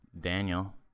Daniel